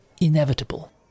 inevitable